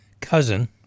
cousin